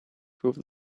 through